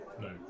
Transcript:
No